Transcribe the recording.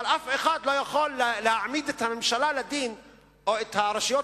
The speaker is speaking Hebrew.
אבל אף אחד לא יכול להעמיד את הממשלה או את רשויות